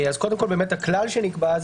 הכלל שנקבע,